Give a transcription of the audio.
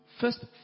first